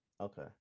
okay